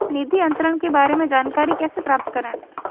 निधि अंतरण के बारे में जानकारी कैसे प्राप्त करें?